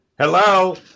hello